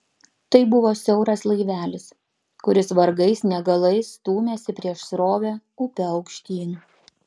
tai buvo siauras laivelis kuris vargais negalais stūmėsi prieš srovę upe aukštyn